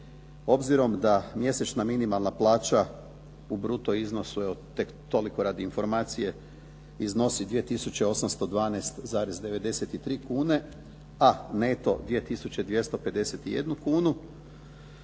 obzirom da mjesečna minimalna plaća u bruto iznosu, evo tek toliko radi informacije, iznosi 2812,93 kune, a neto 2251 kunu,